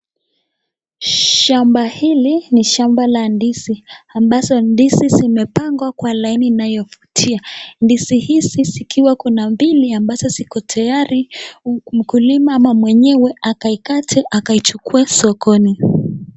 Shamba hili ni shamba la ndizi ambazo ndizi zimepangwa kwa laini inayovutia. Ndizi hizi zikiwa kuna mbili ambazo ziko tayari mkulima ama mwenyewea akaikate akaichukue sokoni.